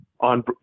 on